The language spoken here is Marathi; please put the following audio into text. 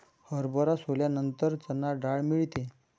हरभरा सोलल्यानंतर चणा डाळ मिळते